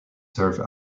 serve